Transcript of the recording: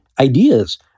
ideas